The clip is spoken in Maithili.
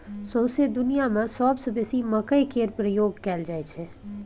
सौंसे दुनियाँ मे सबसँ बेसी मकइ केर प्रयोग कयल जाइ छै